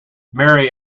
mary